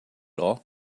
all